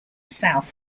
south